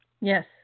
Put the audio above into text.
Yes